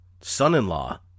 son-in-law